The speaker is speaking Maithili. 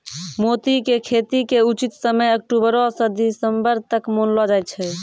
मोती के खेती के उचित समय अक्टुबरो स दिसम्बर तक मानलो जाय छै